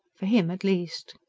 for him, at least.